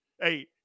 hey